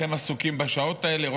אתם עסוקים בשעות האלה בחוק האי-גיוס,